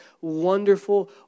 wonderful